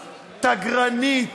תגרנית,